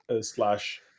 slash